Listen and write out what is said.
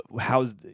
how's